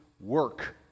work